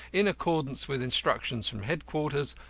in accordance with instructions from headquarters,